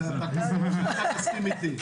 זה אתה תסכים איתי.